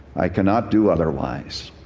i cannot do otherwise.